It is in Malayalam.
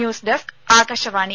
news desk Akashvani